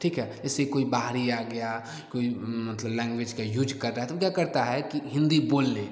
ठीक है इसलिए कोई बाहरी आ गया कोई मतलब लैंग्वेज का यूज कर रहा है तो वह क्या करता है कि हिन्दी बोल ले